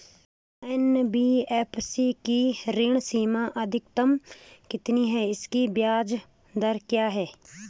NBFC की ऋण सीमा अधिकतम कितनी है इसकी ब्याज दर क्या है?